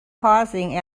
pausing